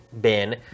bin